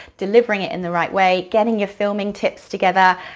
delivering it in the right way, getting your filming tips together,